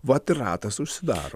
vat ir ratas užsidaro